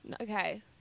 Okay